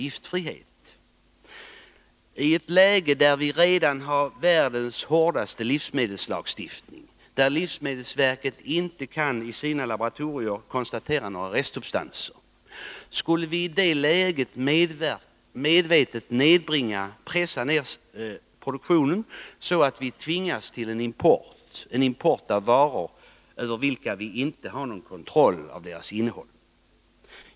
Skulle vi — i ett läge där vi redan har världens hårdaste livsmedelslagstiftning, där livsmedelsverket i sina laboratorier inte kan konstatera några restsubstanser — medvetet pressa ned produktionen, så att vi tvingas till import av varor över vilkas innehåll vi inte har någon kontroll?